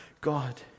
God